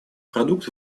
продукт